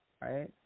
right